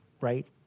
Right